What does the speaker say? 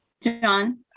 John